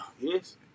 yes